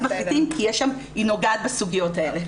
המחליטים כי היא נוגעת בסוגיות האלה.